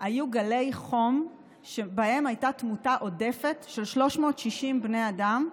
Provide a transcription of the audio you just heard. היו גלי חום שבהם הייתה תמותה עודפת של 360 בני אדם,